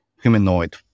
humanoid